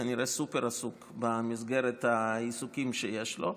שכנראה סופר עסוק במסגרת העיסוקים שיש לו,